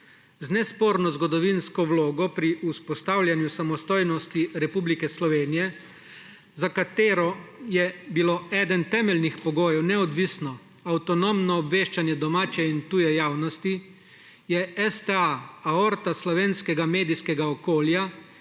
Z nesporno zgodovinsko vlogo pri vzpostavljanju samostojnosti Republike Slovenije, za katero je bil eden temeljnih pogojev neodvisno, avtonomno obveščanje domače in tuje javnosti, je STA aorta slovenskega medijskega okolja,